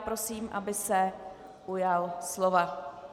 Prosím, aby se ujal slova.